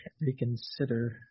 reconsider